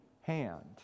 hand